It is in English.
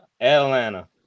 Atlanta